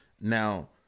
Now